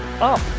up